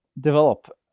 develop